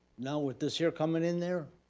now with this here coming in there,